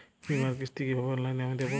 বীমার কিস্তি কিভাবে অনলাইনে আমি দেবো?